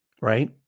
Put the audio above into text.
right